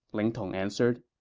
ling tong answered